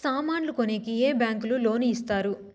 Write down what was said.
సామాన్లు కొనేకి ఏ బ్యాంకులు లోను ఇస్తారు?